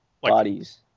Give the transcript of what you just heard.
bodies